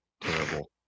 Terrible